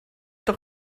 doch